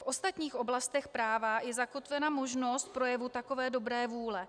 V ostatních oblastech práva je zakotvena možnost projevu takové dobré vůle.